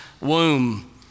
womb